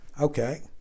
okay